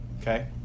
Okay